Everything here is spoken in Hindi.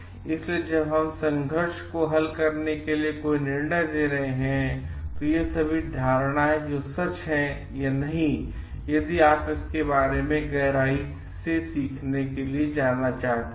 इसलिए जब हम इस संघर्ष को हल करने के लिए कोई निर्णय ले रहे हैं ये सभी धारणाएं हैं जो सच हैं या नहीं यदि आप इसके बारे में गहराई से सीखने के लिए जाना चाहते हैं